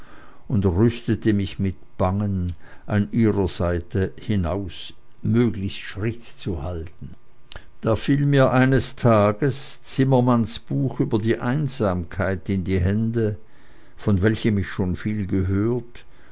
und rüstete mich mit bangen an ihrer seite ins leben hinaus möglichst schritt zu halten da fiel mir eines tages zimmermanns buch über die einsamkeit in die hände von welchem ich schon viel gehört